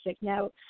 Now